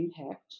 impact